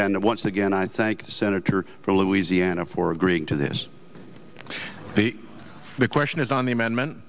and once again i thank the senator from louisiana for agreeing to this the question is on the amendment